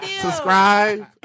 subscribe